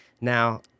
Now